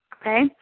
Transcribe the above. okay